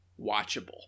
watchable